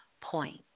point